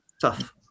tough